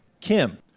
Kim